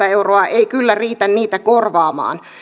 euroa ei kyllä riitä niitä korvaamaan